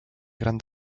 gran